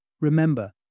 Remember